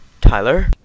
Tyler